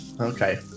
Okay